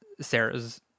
Sarah's